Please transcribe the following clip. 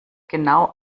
genau